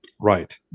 right